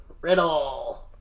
Riddle